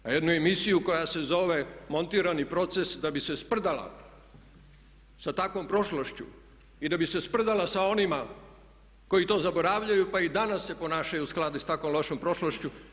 A jednu emisiju koja se zove montirani proces da bi se sprdala sa takvom prošlošću i da bi se sprdala sa onima koji to zaboravljaju pa i danas se ponašaju u skladu sa tako lošom prošlošću.